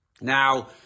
Now